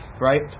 right